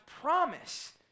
promise